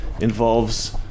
involves